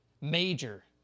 major